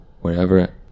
wherever